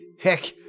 Heck